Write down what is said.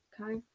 okay